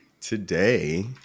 today